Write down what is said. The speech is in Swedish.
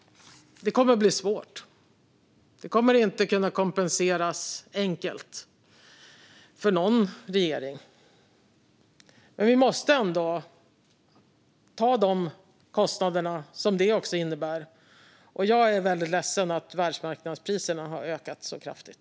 Det kommer att bli svårt. Det kommer inte att vara enkelt för någon regering att kompensera för det. Men vi måste ändå ta de kostnader som det också innebär. Jag är väldigt ledsen att världsmarknadspriserna har ökat så kraftigt.